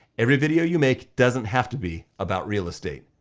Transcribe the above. every video you make doesn't have to be about real estate.